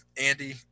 andy